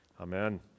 amen